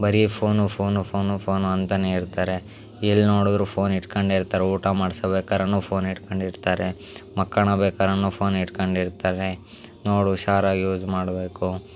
ಬರೀ phone phone phone phone ಅಂತನೇ ಇರ್ತಾರೆ ಎಲ್ಲಿ ನೋಡಿದ್ರೂ ಫೋನ್ ಹಿಡ್ಕೊಂಡೆ ಇರ್ತಾರೆ ಊಟ ಮಾಡ್ಸಬೇಕಾರೂ ಫೋನ್ ಹಿಡ್ಕಂಡು ಇರ್ತಾರೆ ಮಕ್ಕಣ ಬೇಕಾರು ಫೋನ್ ಹಿಡ್ಕಂಡು ಇರ್ತಾರೆ ನೋಡಿ ಹುಷಾರಾಗಿ ಯೂಸ್ ಮಾಡಬೇಕು